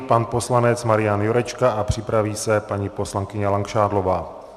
Pan poslanec Marian Jurečka a připraví se paní poslankyně Langšádlová.